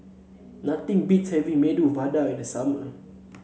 nothing beats having Medu Vada in the summer